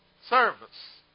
service